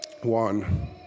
one